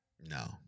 No